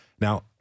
Now